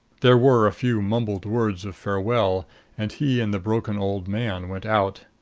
there were a few mumbled words of farewell and he and the broken old man went out.